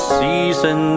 season